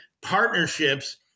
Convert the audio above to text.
partnerships